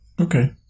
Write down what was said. Okay